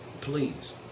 Please